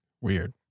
Weird